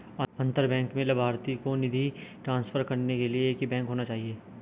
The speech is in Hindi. अंतर बैंक में लभार्थी को निधि ट्रांसफर करने के लिए एक ही बैंक होना चाहिए